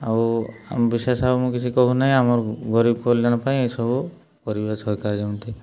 ଆଉ ବିଶେଷ ଆଉ ମୁଁ କିଛି କହୁନାହିଁ ଆମର ଗରିବ କଲ୍ୟାଣ ପାଇଁ ଏହିସବୁ କରିବେ ସରକାର ଯେମିତି